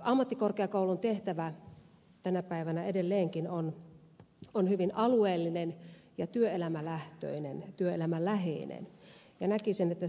ammattikorkeakoulun tehtävä tänä päivänä edelleenkin on hyvin alueellinen ja työelämälähtöinen työelämäläheinen ja näkisin että